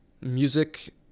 music